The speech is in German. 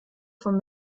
von